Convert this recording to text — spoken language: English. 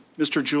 mr.